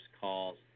calls